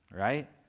right